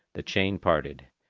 the chain parted.